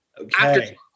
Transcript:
Okay